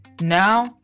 now